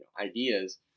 ideas